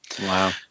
Wow